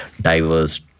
diverse